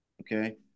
okay